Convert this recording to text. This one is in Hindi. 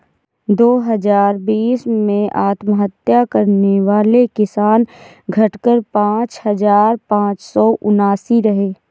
दो हजार बीस में आत्महत्या करने वाले किसान, घटकर पांच हजार पांच सौ उनासी रहे